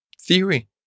theory